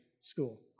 School